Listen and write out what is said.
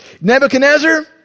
Nebuchadnezzar